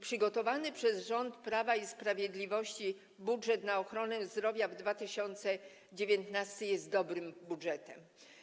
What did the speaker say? Przygotowany przez rząd Prawa i Sprawiedliwości budżet na ochronę zdrowia w 2019 r. jest dobrym budżetem.